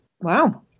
Wow